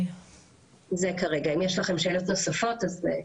זה כרגע ואם יש לכם שאלות נוספות אז.